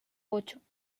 ocho